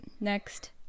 Next